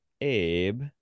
Abe